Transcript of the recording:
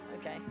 okay